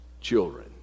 children